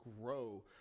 grow